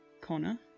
Connor